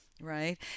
right